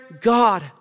God